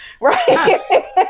right